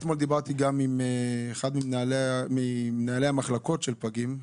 אתמול דיברתי גם עם אחד ממנהלי המחלקות של פגים,